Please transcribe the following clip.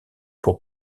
pour